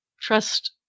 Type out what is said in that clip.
trust